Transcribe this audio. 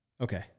Okay